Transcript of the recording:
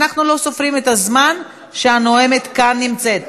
אנחנו לא סופרים את הזמן שהנואמת כאן נמצאת.